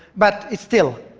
but still,